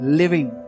living